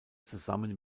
zusammen